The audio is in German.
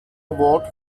award